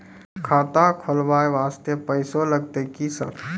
खाता खोलबाय वास्ते पैसो लगते की सर?